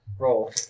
Roll